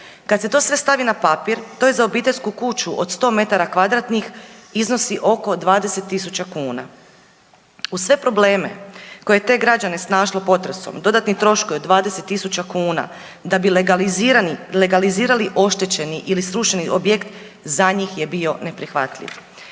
Kada se sve to stavi na papir to je za obiteljsku kuću od 100 metara kvadratnih iznosi oko 20 tisuća kuna. Uz sve probleme koje je te građane snašli potresom dodatni troškovi od 20 tisuća kuna da bi legalizirali oštećeni ili strušeni objekt za njih je bio neprihvatljiv.